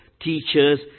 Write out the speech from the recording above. teachers